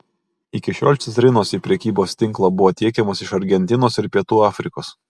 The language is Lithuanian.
iki šiol citrinos į prekybos tinklą buvo tiekiamos iš argentinos ir pietų afrikos